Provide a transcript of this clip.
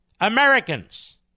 Americans